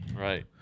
Right